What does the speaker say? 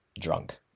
drunk